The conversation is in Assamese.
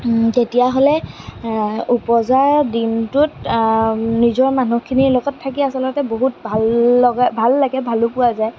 তেতিয়াহ'লে ওপজা দিনটোত নিজৰ মানুহখিনিৰ লগত থাকি আচলতে বহুত ভাল লগা ভাল লাগে ভালো পোৱা যায়